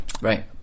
right